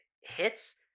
hits